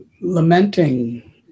lamenting